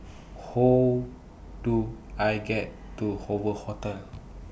How Do I get to Hoover Hotel